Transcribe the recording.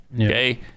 Okay